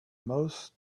most